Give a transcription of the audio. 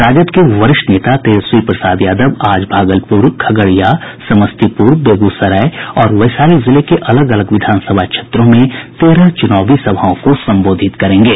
राजद के वरिष्ठ नेता तेजस्वी प्रसाद यादव आज भागलपुर खगड़िया समस्तीपुर बेगूसराय और वैशाली जिले के अलग अलग विधानसभा क्षेत्रों में तेरह चुनावी सभाओं को संबोधित करेंगे